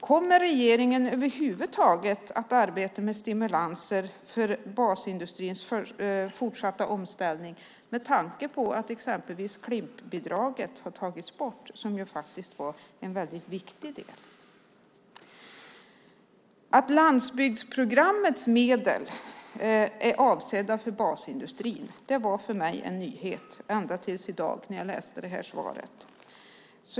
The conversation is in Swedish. Kommer regeringen över huvud taget att arbeta med stimulanser för basindustrins fortsatta omställning, med tanke på att exempelvis Klimpbidraget har tagits bort, som ju faktiskt var en väldigt viktig del. Att landsbygdsprogrammets medel är avsedda för basindustrin var för mig en nyhet när jag i dag läste det här svaret.